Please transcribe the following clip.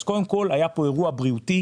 קודם כול היה פה אירוע בריאותי,